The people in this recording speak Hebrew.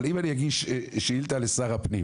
אבל אם אני אגיש שאילתה לשר הפנים